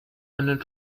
einen